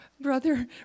Brother